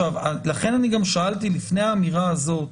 לכן שאלתי לפני האמירה הזאת,